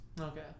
Okay